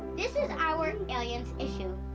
this is our aliens issue.